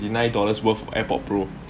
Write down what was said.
nine dollars worth AirPod Pro